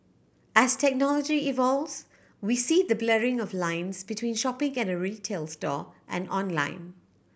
as technology evolves we see the blurring of lines between shopping get a retail store and online